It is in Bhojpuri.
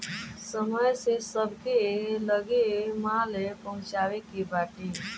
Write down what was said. समय से सबके लगे माल पहुँचावे के बाटे